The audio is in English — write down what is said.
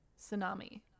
Tsunami